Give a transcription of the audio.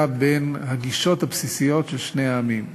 בין הגישות הבסיסיות של שני העמים השונים.